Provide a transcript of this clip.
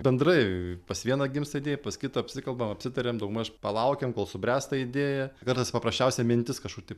bendrai pas vieną gimsta idėja pas kitą apsikalbam apsitariam daugmaž palaukiam kol subręs ta idėja kartais paprasčiausia mintis kažkur taip